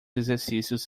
exercícios